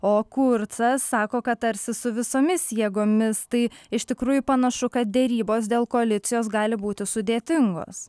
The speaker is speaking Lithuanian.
o kurcas sako kad tarsi su visomis jėgomis tai iš tikrųjų panašu kad derybos dėl koalicijos gali būti sudėtingos